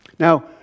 Now